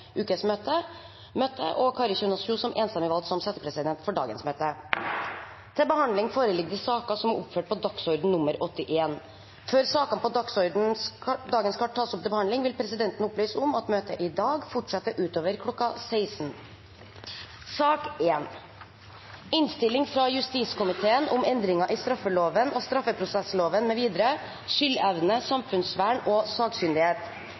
ukes møter, og Kari Kjønaas Kjos anses enstemmig valgt som settepresident for dagens møte. Før sakene på dagens kart tas opp til behandling, vil presidenten opplyse om at møtet i dag fortsetter utover kl. 16. Etter ønske fra justiskomiteen vil presidenten foreslå at taletiden blir begrenset til 5 minutter til hver partigruppe og 5 minutter til medlemmer av regjeringen. Videre